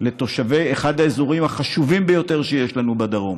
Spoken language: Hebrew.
לתושבי אחד האזורים החשובים ביותר שיש לנו בדרום.